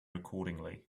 accordingly